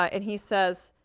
ah and he says